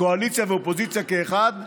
קואליציה ואופוזיציה כאחד,